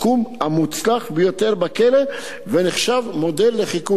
המוצלח ביותר בכלא ונחשב מודל לחיקוי.